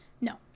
No